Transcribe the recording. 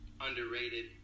underrated